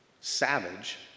savage